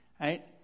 right